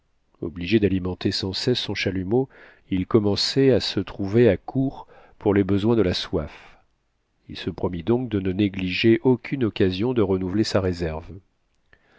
obligé d'alimenter sans cesse son chalumeau il commençait à se trouver à court pour les besoins de la soif il se promit donc de ne négliger aucune occasion de renouveler sa réserve